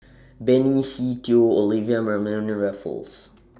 Benny Se Teo Olivia Mariamne and Raffles